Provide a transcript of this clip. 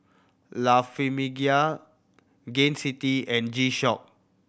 La Famiglia Gain City and G Shock